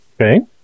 Okay